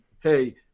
hey